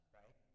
right